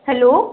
hello